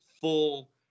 full